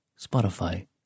Spotify